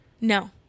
No